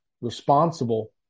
responsible